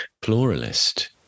Pluralist